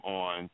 on